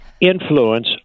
influence